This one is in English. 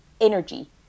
energy